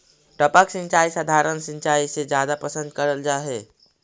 टपक सिंचाई सधारण सिंचाई से जादा पसंद करल जा हे